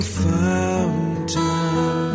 fountain